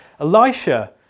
Elisha